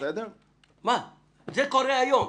זה קורה היום.